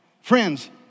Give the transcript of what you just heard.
Friends